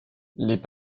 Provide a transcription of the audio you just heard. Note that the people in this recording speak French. les